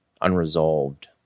unresolved